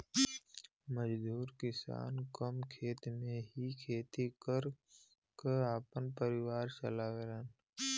मजदूर किसान कम खेत में ही खेती कर क आपन परिवार चलावलन